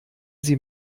sie